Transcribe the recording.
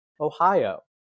Ohio